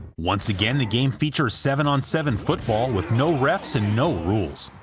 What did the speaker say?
once again, the game features seven on seven football with no refs and no rules.